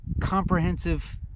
comprehensive